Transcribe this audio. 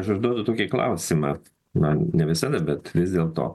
aš užduodu tokį klausimą na ne visada bet vis dėlto